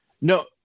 No